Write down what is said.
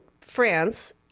France